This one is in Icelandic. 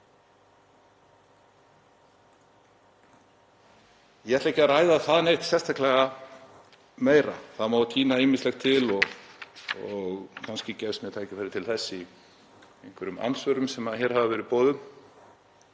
Ég ætla ekki að ræða það neitt sérstaklega meira. Það má tína ýmislegt til og kannski gefst mér tækifæri til þess í einhverjum andsvörum sem hér hafa verið boðuð.